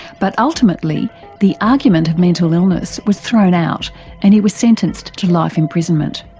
but ultimately the argument of mental illness was thrown out and he was sentenced to life imprisonment.